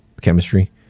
chemistry